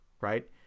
right